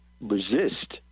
Resist